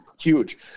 huge